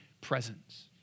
presence